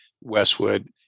Westwood